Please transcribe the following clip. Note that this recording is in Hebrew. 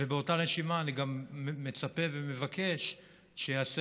ובאותה נשימה אני גם מצפה ומבקש שייעשה